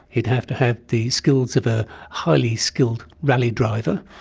he'd have to have the skills of a highly skilled rally driver.